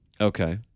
Okay